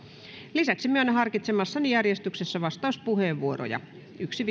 lisäksi myönnän harkitsemassani järjestyksessä vastauspuheenvuoroja joiden pituus on yksi